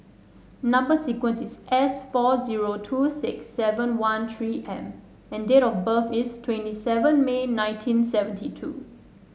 number sequence is S four zero two six seven one three M and date of birth is twenty seven May nineteen seventy two